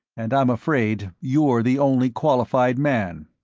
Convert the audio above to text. and i'm afraid you're the only qualified man.